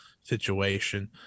situation